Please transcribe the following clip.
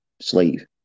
slave